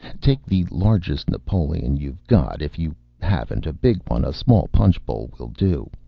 take the largest napoleon you've got. if you haven't a big one, a small punch bowl will do.